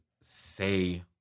say